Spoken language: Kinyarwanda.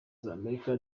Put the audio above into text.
z’amerika